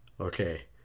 Okay